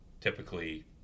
typically